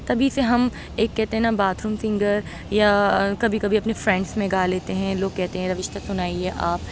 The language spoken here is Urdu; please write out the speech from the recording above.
تبھی سے ہم ایک کہتے ہیں نا باتھ روم سنگر یا کبھی کبھی اپنے فرینڈس میں گا لیتے ہیں لوگ کہتے ہیں سنائیے آپ